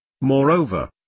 Moreover